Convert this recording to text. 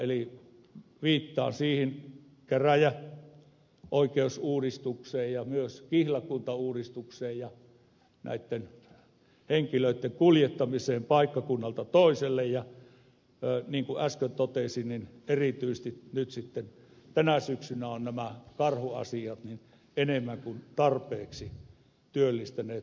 eli viittaan siihen käräjäoikeusuudistukseen ja myös kihlakuntauudistukseen ja näitten henkilöitten kuljettamiseen paikkakunnalta toiselle ja niin kuin äsken totesin niin erityisesti nyt sitten tänä syksynä ovat nämä karhuasiat enemmän kuin tarpeeksi työllistäneet poliisia